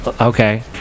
Okay